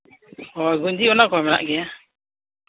ᱦᱮᱸ ᱜᱮᱧᱡᱤ ᱚᱱᱟ ᱠᱚ ᱢᱮᱱᱟᱜ ᱜᱮᱭᱟ